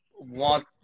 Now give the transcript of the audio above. want